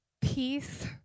peace